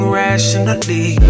rationally